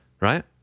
Right